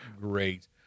great